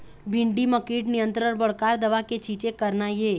भिंडी म कीट नियंत्रण बर का दवा के छींचे करना ये?